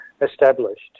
established